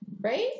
Right